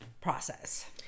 process